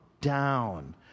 down